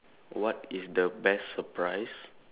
what is the best surprise